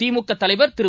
திமுகதலைவர் திரு